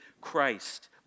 Christ